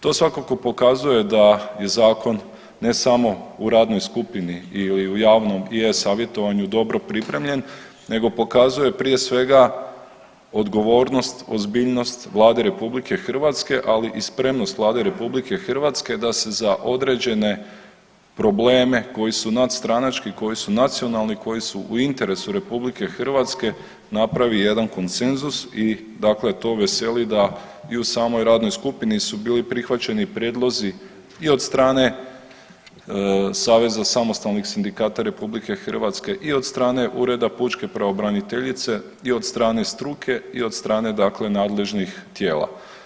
To svakako pokazuje da je zakon ne samo u radnoj skupini ili u javnom e-savjetovanju dobro pripremljen, nego pokazuje prije svega odgovornost, ozbiljnost Vlade RH ali i spremnost Vlade RH da se za određene probleme koji su nadstranački, koji su nacionalni, koji su interesu RH napravi jedan konsenzus i dakle to veseli da i u samoj radnoj skupini su bili prihvaćeni prijedlozi i od strane Saveza samostalnih sindikata RH i od strane Ureda pučke pravobraniteljice i od strane struke i od strane, dakle nadležnih tijela.